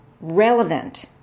relevant